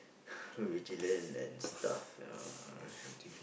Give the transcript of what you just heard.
vigilant and stuff ya